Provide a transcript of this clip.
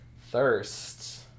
Thirst